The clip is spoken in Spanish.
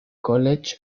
college